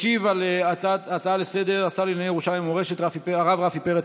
ישיב על ההצעה לסדר-היום השר לענייני ירושלים ומורשת הרב רפי פרץ,